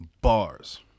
Bars